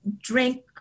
drink